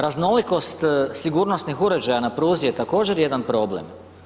Raznolikost sigurnosnih uređaja na pruzi je također jedan problem.